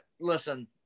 Listen